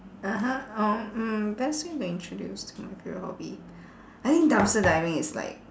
(uh huh) um mm best way to introduce my favourite hobby I think dumpster diving is like